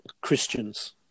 christians